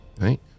right